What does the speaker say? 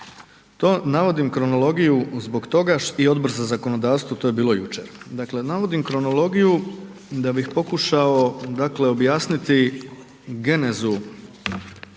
To navodim kronologiju zbog toga i Odbor za zakonodavstvo, to je bilo jučer. Dakle navodim kronologiju da bih pokušao dakle objasniti genezu